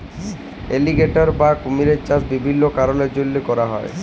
alligator বা কুমিরের চাষ বিভিল্ল্য কারলের জ্যনহে ক্যরা হ্যয়